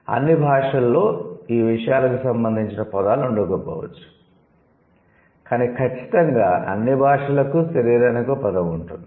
అన్ని భాషలలో ఈ విషయాలకు సంబంధిoచిన పదాలు ఉండకపోవచ్చు కానీ ఖచ్చితంగా అన్ని భాషలకు శరీరానికి ఒక పదం ఉంటుంది